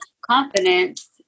confidence